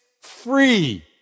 free